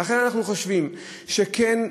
לכן אנחנו חושבים שכן,